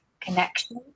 connection